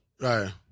Right